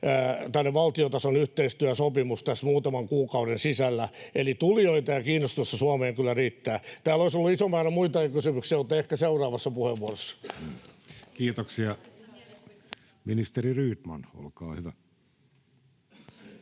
vielä valtiotason yhteistyösopimus tässä muutaman kuukauden sisällä. Eli tulijoita ja kiinnostusta Suomeen kyllä riittää. Täällä olisi ollut iso määrä muitakin kysymyksiä, mutta ehkä seuraavassa puheenvuorossa. [Speech 291] Speaker: Jussi Halla-aho